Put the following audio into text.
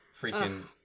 Freaking